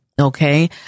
okay